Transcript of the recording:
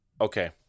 Okay